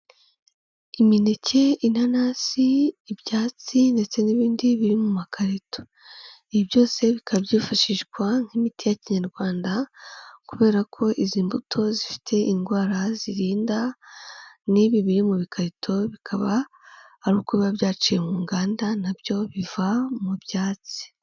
Imineke, inanasi, ibyatsi ndetse n'ibindi biri mu makarito. Ibi byose bikaba byifashishwa nk'imiti ya Kinyarwanda kubera ko izi mbuto zifite indwara zirinda n'ibi biri mu bikarito, bikaba ari uko biba byaciye mu nganda na byo biva mu byatsi.